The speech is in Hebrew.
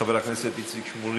חבר הכנסת איציק שמולי,